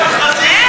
למכרז.